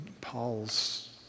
Paul's